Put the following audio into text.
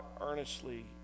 earnestly